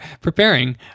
preparing